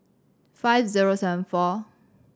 five zero seven four